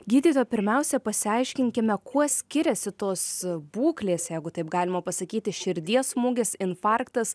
gydytoja pirmiausia pasiaiškinkime kuo skiriasi tos būklės eigu taip galima pasakyti širdies smūgis infarktas